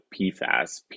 PFAS